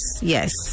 yes